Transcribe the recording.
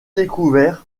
découvert